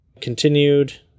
Continued